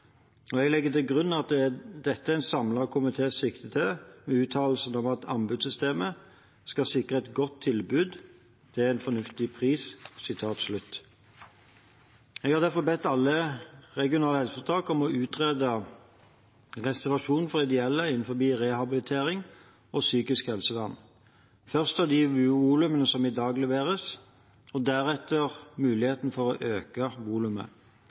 og jeg legger til grunn at det er dette en samlet komité sikter til med uttalelsen om at «anbudssystemet skal sikre et godt tilbud til en fornuftig pris». Jeg har derfor bedt alle regionale helseforetak om å utrede reservasjon for ideelle innen rehabilitering og psykisk helsevern, først i de volumene som i dag leveres, og deretter muligheten for å øke volumet.